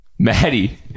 Maddie